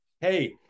hey